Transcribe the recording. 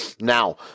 now